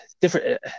different